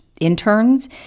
interns